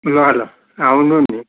ल ल आउनु नि